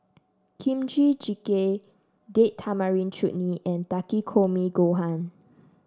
Kimchi Jjigae Date Tamarind Chutney and Takikomi Gohan